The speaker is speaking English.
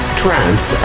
trance